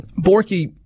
Borky